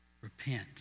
repent